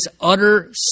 utter